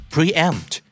Preempt